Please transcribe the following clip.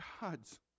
God's